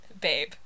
Babe